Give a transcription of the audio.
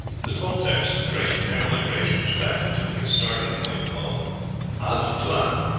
the toltecs traced their migrations back to a starting-point called aztlan,